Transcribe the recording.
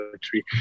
Tree